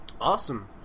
awesome